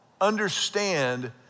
understand